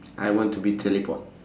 I want to be teleport